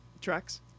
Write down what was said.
Tracks